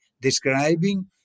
describing